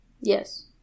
Yes